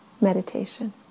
meditation